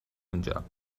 اونجا